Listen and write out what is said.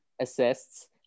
assists